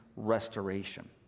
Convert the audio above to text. restoration